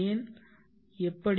ஏன் எப்படி